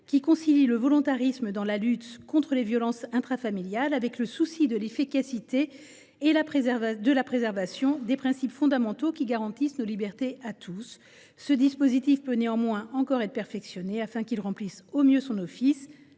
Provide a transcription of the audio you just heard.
qui concilie le volontarisme dans la lutte contre les violences intrafamiliales avec le souci de l’efficacité et de la préservation des principes fondamentaux qui garantissent les libertés de chacun. Ce dispositif peut néanmoins encore être perfectionné, afin qu’il remplisse au mieux son office,